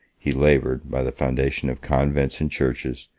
he labored, by the foundation of convents and churches,